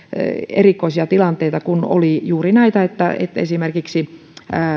erikoisia tilanteita kun oli juuri näitä että että esimerkiksi